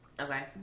Okay